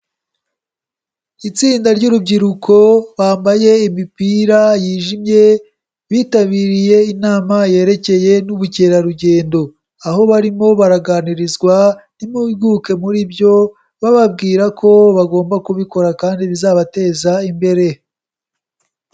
Itsinda ryurubyiruko bambaye imipira yijimye, bitabiriye inama yerekeye n'ubukerarugendo. Aho barimo baraganirizwa n'impuguke muri byo, bababwira ko bagomba kubikora kandi bizabateza imbere.